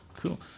Cool